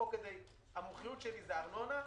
המומחיות שלי זה ארנונה.